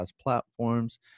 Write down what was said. platforms